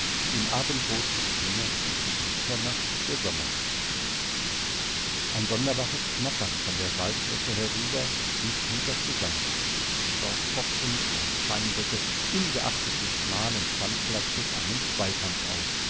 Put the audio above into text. im abendrot die henne und gegen mitternacht der sommerspitz ein sonderbares knattern von der salzlecke herüber ließ peter zusammenzucken dort fochten zwei steinböcke ungeachtet des schmalen standplatzes einen zweikampf aus